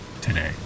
today